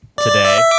today